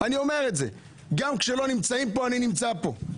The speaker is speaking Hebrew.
אני אומר את זה שגם שלא נמצאים פה אני נמצא פה.